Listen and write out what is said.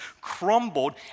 crumbled